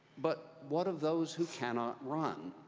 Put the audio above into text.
but what of those who cannot run?